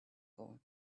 gold